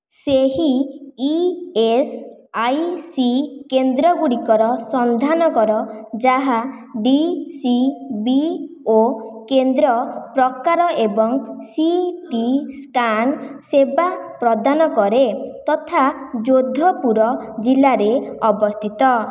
ସେହି E S I C କେନ୍ଦ୍ରଗୁଡ଼ିକର ସନ୍ଧାନ କର ଯାହା ଡି ସି ବି ଓ କେନ୍ଦ୍ର ପ୍ରକାର ଏବଂ ସି ଟି ସ୍କାନ୍ ସେବା ପ୍ରଦାନ କରେ ତଥା ଯୋଧପୁର ଜିଲ୍ଲାରେ ଅବସ୍ଥିତ